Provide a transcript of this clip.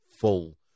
full